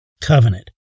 covenant